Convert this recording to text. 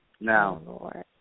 Now